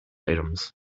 items